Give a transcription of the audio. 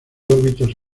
órbitas